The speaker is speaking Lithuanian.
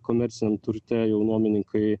komerciniam turte jau nuomininkai